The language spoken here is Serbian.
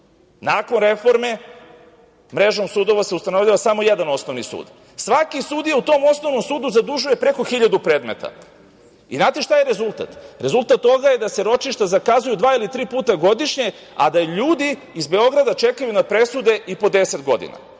Nakon reforme mrežom sudova se ustanovljava samo jedan Osnovni sud. Svaki sudija u tom osnovnom sudu zadužuje preko 1.000 predmeta. Znate šta je rezultat? Rezultat toga je da se ročišta zakazuju dva ili tri put godišnje a da ljudi iz Beograda čekaju na presude i po 10 godina. Sve